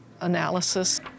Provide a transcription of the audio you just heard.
analysis